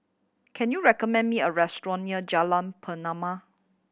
can you recommend me a restaurant near Jalan Pernama